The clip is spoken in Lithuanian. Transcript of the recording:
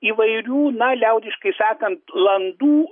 įvairių na liaudiškai sakant landų